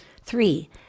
Three